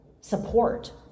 support